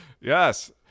Yes